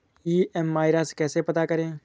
EMI राशि कैसे पता करें?